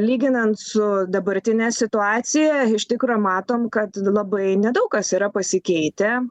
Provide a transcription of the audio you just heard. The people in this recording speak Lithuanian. lyginant su dabartine situacija iš tikro matom kad labai nedaug kas yra pasikeitę